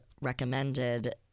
recommended